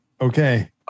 okay